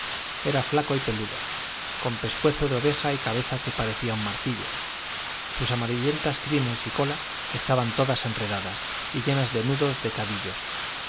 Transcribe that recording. era flaco y peludo con pescuezo de oveja y cabeza que parecía un martillo sus amarillentas crines y cola estaban todas enredadas y llenas de nudos de cadillos